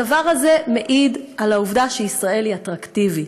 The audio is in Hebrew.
הדבר הזה מעיד על העובדה שישראל היא אטרקטיבית,